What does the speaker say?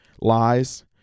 lies